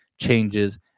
changes